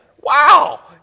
wow